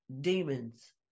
demons